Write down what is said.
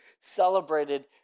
celebrated